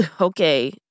Okay